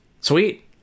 Sweet